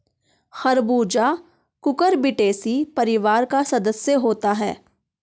खरबूजा कुकुरबिटेसी परिवार का सदस्य होता है